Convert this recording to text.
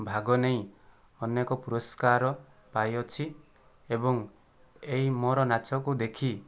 ଭାଗ ନେଇ ଅନେକ ପୁରସ୍କାର ପାଇ ଅଛି ଏବଂ ଏହି ମୋର ନାଚକୁ ଦେଖି